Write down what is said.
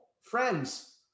friends